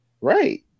Right